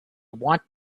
want